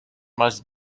must